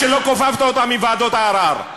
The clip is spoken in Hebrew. כמו שלא כופפת אותם מוועדות הערר.